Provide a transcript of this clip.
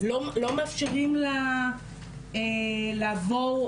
לא מאפשרים לה לעבור,